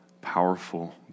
powerful